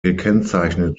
gekennzeichnet